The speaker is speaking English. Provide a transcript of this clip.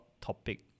topic